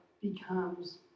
becomes